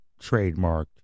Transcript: Trademarked